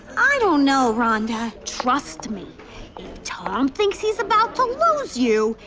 i don't know, rhonda. trust me. if tom thinks he's about to lose you,